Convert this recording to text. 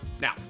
Now